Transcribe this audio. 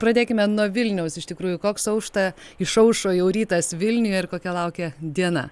pradėkime nuo vilniaus iš tikrųjų koks aušta išaušo jau rytas vilniuje ir kokia laukia diena